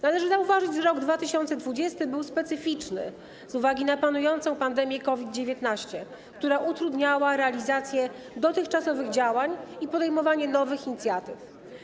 Należy zauważyć, że rok 2020 był specyficzny z uwagi na panującą pandemię COVID-19, która utrudniała realizację dotychczasowych działań i podejmowanie nowych inicjatyw.